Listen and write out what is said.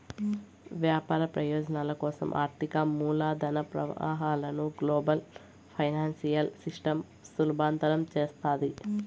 వ్యాపార ప్రయోజనాల కోసం ఆర్థిక మూలధన ప్రవాహాలను గ్లోబల్ ఫైనాన్సియల్ సిస్టమ్ సులభతరం చేస్తాది